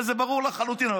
הרי זה ברור לחלוטין.